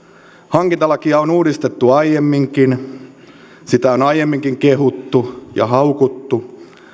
hankintalakia on uudistettu aiemminkin sitä on on aiemminkin kehuttu ja haukuttu